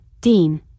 Dean